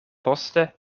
poste